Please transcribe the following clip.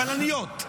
בלניות,